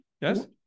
Yes